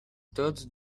taught